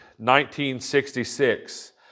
1966